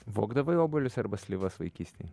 vogdavai obuolius arba slyvas vaikystėj